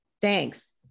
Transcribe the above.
Thanks